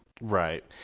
Right